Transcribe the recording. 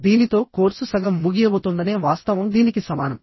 దీనితో కోర్సు సగం ముగియబోతోందనే వాస్తవం దీనికి సమానం